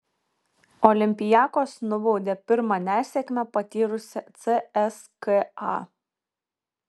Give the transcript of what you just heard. olympiakos nubaudė pirmą nesėkmę patyrusią cska